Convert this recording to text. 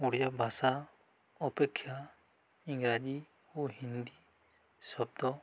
ଓଡ଼ିଆ ଭାଷା ଅପେକ୍ଷା ଇଂରାଜୀ ଓ ହିନ୍ଦୀ ଶବ୍ଦ